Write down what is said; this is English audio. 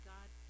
God